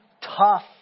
tough